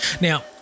Now